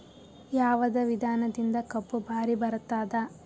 ಯಾವದ ವಿಧಾನದಿಂದ ಕಬ್ಬು ಭಾರಿ ಬರತ್ತಾದ?